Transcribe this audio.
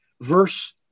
verse